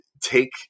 take